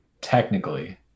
technically